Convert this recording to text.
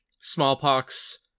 smallpox